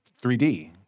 3D